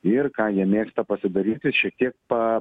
ir ką jie mėgsta pasidaryti šiek tiek pa